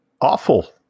awful